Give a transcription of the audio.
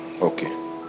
Okay